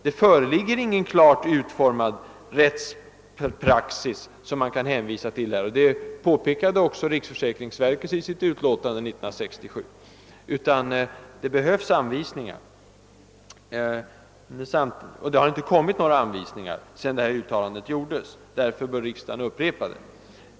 Det föreligger ingen klart utformad rättspraxis som man kan hänvisa till, det påpekade också riksförsäkringsverket i sitt utlåtande 1967. Det behövs anvisningar, men det har inte utfärdats några anvisningar sedan uttalandet gjordes. Därför bör riksdagen upprepa det.